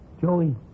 Joey